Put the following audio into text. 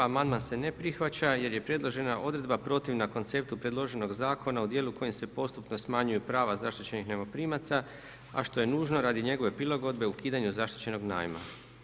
Amandman se ne prihvaća jer je preložena odredba protivna konceptu predloženog zakona u djelu kojim se postupno smanjuju prava zaštićenih najmoprimaca a što je nužno radi njegove prilagode o ukidanju zaštićenog najma.